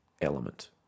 element